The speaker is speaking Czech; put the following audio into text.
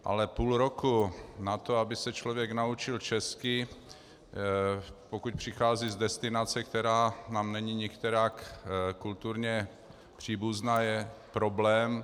Ale půl roku na to, aby se člověk naučil česky, pokud přichází z destinace, která nám není nikterak kulturně příbuzná, je problém.